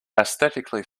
aesthetically